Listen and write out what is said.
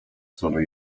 stronę